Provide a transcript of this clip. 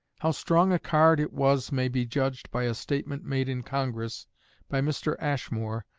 how strong a card it was may be judged by a statement made in congress by mr. ashmore,